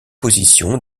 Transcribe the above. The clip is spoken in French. position